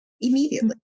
immediately